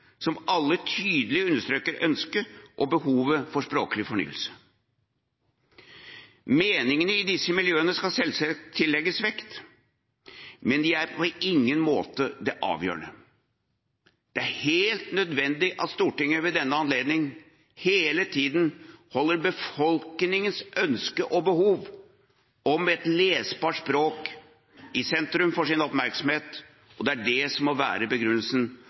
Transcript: som alle tydelig understreker ønsket om og behovet for språklig fornyelse. Meningene i disse miljøene skal selvsagt tillegges vekt, men de er på ingen måte avgjørende. Det er helt nødvendig at Stortinget ved denne anledning hele tida holder befolkningens ønske om og behov for et lesbart språk i sentrum for sin oppmerksomhet, og det er det som må være begrunnelsen.